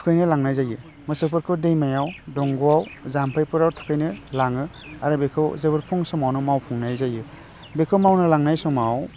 थुखैनो लांनाय जायो मोसौफोरखौ दैमायाव दंगआव जाम्फैफोराव थुखैनो लाङो आरो बेखौ जोबोर फुं समावनो मावफुंनाय जायो बेखौ मावनो लांनाय समाव